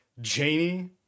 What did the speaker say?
Janie